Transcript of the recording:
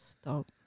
Stop